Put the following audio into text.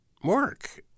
work